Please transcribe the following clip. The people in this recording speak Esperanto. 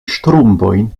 ŝtrumpojn